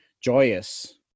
joyous